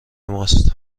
ماست